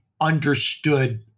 understood